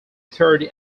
third